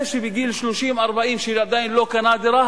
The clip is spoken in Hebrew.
זה שבגיל 30 40 עדיין לא קנה דירה,